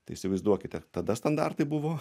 tai įsivaizduokite tada standartai buvo